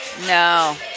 no